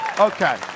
Okay